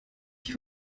die